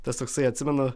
tas toksai atsimenu